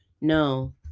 No